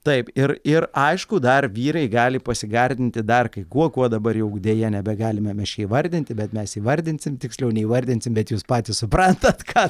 taip ir ir aišku dar vyrai gali pasigardinti dar kai kuo kuo dabar jau deja nebegalime mes čia įvardinti bet mes įvardinsim tiksliau neįvardinsim bet jūs patys suprantat ką